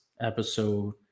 episode